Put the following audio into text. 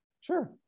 sure